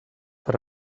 per